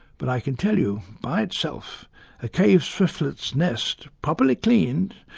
but i can tell you, by itself a cave swiftlet's nest, properly cleaned,